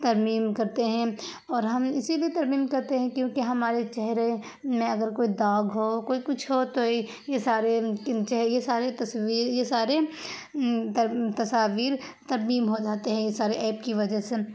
ترمیم کرتے ہیں اور ہم اسے بھی ترمیم کرتے ہیں کیوں کہ ہمارے چہرے میں اگر کوئی داغ ہو کوئی کچھ ہو تو یہ یہ سارے انچ ہے یہ سارے تصویر یہ سارے تصاویر ترمیم ہو جاتے ہیں یہ سارے ایپ کی وجہ سے